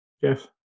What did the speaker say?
Jeff